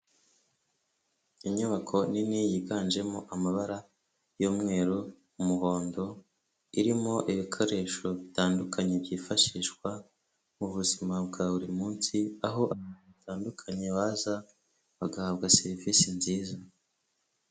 inyubako nini yiganjemo amabara y'umweru, umuhondo, irimo ibikoresho bitandukanye byifashishwa mu buzima bwa buri munsi, aho abantu hatandukanye baza bagahabwa serivisi nziza.